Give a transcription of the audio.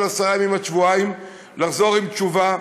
עשרה ימים עד שבועיים לחזור עם תשובה,